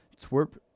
Twerp